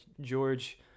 George